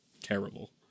terrible